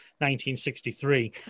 1963